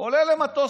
הוא עולה למטוס,